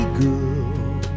girl